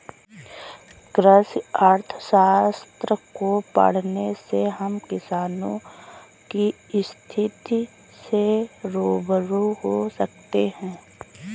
कृषि अर्थशास्त्र को पढ़ने से हम किसानों की स्थिति से रूबरू हो सकते हैं